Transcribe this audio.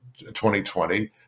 2020